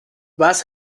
was